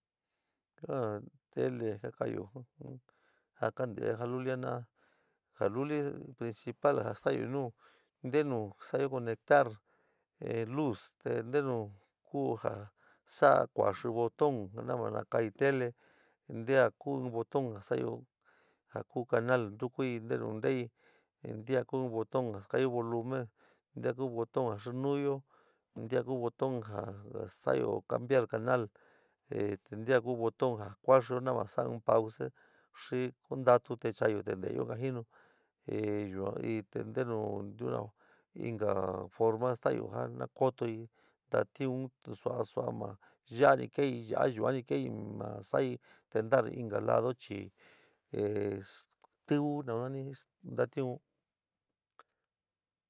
Ah ja tele kaka´ayo ja kante´e ja lulía jena´a, ja lulí principal staayo nuu ntenu sa´ayo conector luz, te ntinu kuu jaa saa kuaxi botón na va na katí tele te ntilia kuu botón ja sorayo jaa canal ntukui, nte nu ntenu tee, ntilia kuu botón ja skoayo volume, ntilia kuu botón ja snuuyo tinta kuu botón jo sorayo snuuker canal te ntilia kuu botón ja kuaxio navu sola in pause xii kuntato te chaaya te tneep in sorjiinu ee yua te ntenu into forma staayo nuu na kotoor- latun sua sua maa yua ni kei, ya´a yuani kei maa sai tentor inka lado chii stíví nani tatiuun.